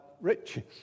riches